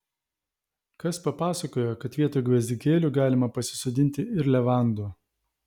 kas papasakojo kad vietoj gvazdikėlių galima pasisodinti ir levandų